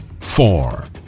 four